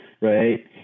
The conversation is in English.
Right